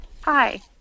Hi